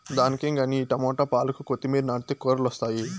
దానికేం గానీ ఈ టమోట, పాలాకు, కొత్తిమీర నాటితే కూరలొస్తాయి